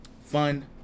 fun